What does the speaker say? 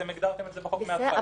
אתם הגדרתם את זה בחוק מהתחלה.